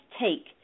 take